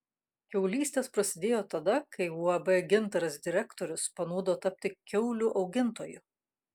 kiaulystės prasidėjo tada kai uab gintaras direktorius panūdo tapti kiaulių augintoju